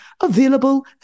available